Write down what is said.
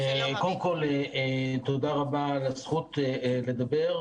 קודם כול, תודה רבה על הזכות לדבר.